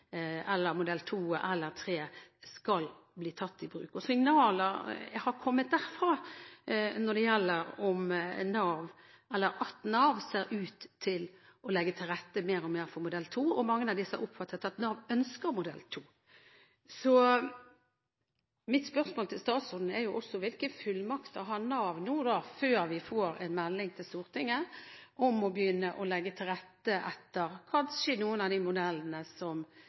modell 2 eller 3, skal bli tatt i bruk. Signaler har kommet derfra når det gjelder at Nav ser ut til å legge til rette mer og mer for modell 2, og mange av dem har oppfattet at Nav ønsker modell 2. Mitt spørsmål til statsråden er også: Hvilke fullmakter har Nav nå, før vi får en melding til Stortinget, om å begynne å legge til rette for kanskje noen av de modellene som